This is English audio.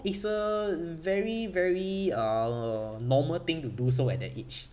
it's a very very uh normal thing to do so at that age